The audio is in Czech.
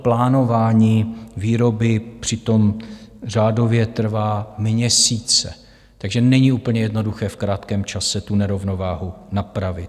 Plánování výroby přitom řádově trvá měsíce, takže není úplně jednoduché v krátkém čase tu nerovnováhu napravit.